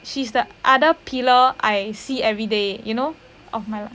she's the other pillar I see everyday you know of my